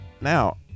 Now